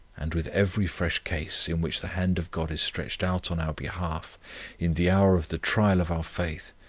and with every fresh case in which the hand of god is stretched out on our behalf in the hour of the trial of our faith,